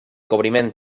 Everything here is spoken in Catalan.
cobriment